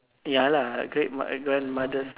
ya lah great my grandmother's